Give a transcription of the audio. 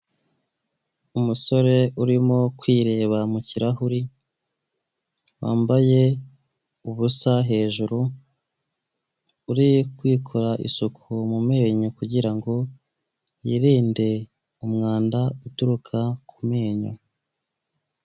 Umusore urimo kwireba mu kirahure wambaye ubusa hejuru, uri kwikora isuku mu menyo kugira ngo yirinde umwanda uturuka ku menyo.